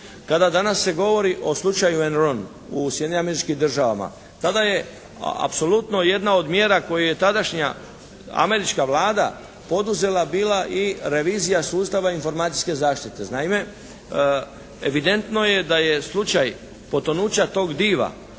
kada danas se govori o slučaju Enron u Sjedinjenim Američkim Državama tada je apsolutno jedna od mjera koju je tadašnja američka Vlada poduzela bila i revizija sustava informacijske zaštite. Naime, evidentno je da je slučaj potonuća tog diva